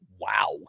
Wow